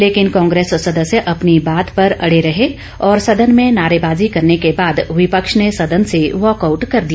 लेकिन कांग्रेस सदस्य अपनी बात पर अड़े रहे और सदन में नारेबाजी करने के बाद विपक्ष ने सदन से वाकआउट कर दिया